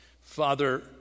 Father